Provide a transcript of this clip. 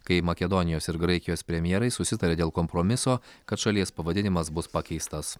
kai makedonijos ir graikijos premjerai susitarė dėl kompromiso kad šalies pavadinimas bus pakeistas